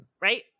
right